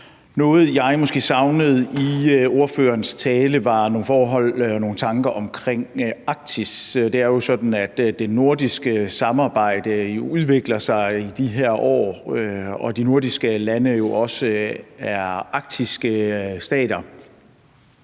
Noget, jeg måske savnede i ordførerens tale, var nogle forhold og nogle tanker om Arktis. Det er jo sådan, at det nordiske samarbejde udvikler sig i de her år, og de nordiske lande er jo også arktiske stater.